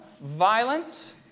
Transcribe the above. violence